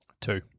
Two